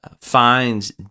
finds